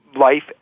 Life